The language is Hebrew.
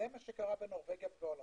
זה מה שקרה בנורבגיה ובהולנד.